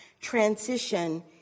transition